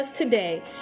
today